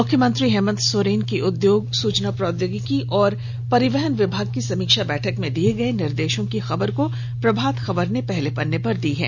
मुख्यमंत्री हेमंत सोरेन की उद्योग सूचना प्रौद्योगिकी और परिवहन विभाग की समीक्षा बैठक में दिए गए निर्देशों की खबर को प्रभात खबर ने पहले पन्ने पर प्रमुखता से लिया है